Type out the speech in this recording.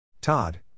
Todd